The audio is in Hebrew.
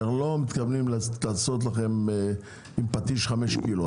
אנחנו לא מתכוונים לעשות לכם עם פטיש חמש קילו,